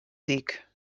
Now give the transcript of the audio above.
dic